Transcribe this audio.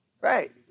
right